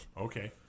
Okay